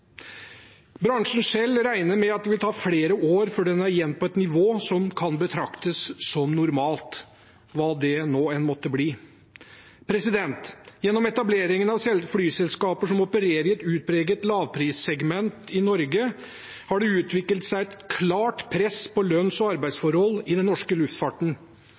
vil ta flere år før den igjen er på et nivå som kan betraktes som normalt – hva nå enn det måtte bli. Gjennom etablering av flyselskaper i Norge som opererer i et utpreget lavprissegment, har det utviklet seg et klart press på lønns- og arbeidsforhold i den norske luftfarten.